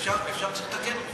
אפשר וצריך לתקן אותו.